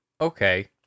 Okay